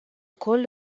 ukoll